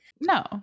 no